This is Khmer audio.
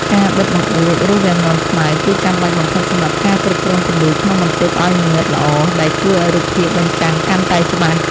ការបិទបង្អួច ឬវាំងននខ្មៅ គឺចាំបាច់បំផុតសម្រាប់ការគ្រប់គ្រងពន្លឺក្នុងបន្ទប់ឱ្យងងឹតល្អ ដែលជួយឱ្យរូបភាពបញ្ចាំងកាន់តែច្បាស់។